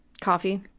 coffee